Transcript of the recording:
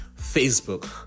Facebook